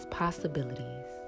possibilities